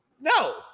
No